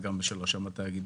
גם לא שלילת הטבה,